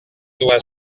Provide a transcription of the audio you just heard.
doit